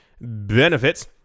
benefits